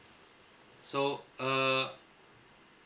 so uh